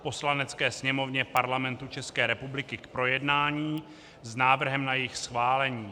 Poslanecké sněmovně Parlamentu České republiky k projednání s návrhem na jejich schválení.